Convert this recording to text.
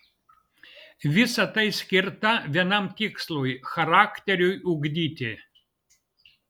visa tai skirta vienam tikslui charakteriui ugdyti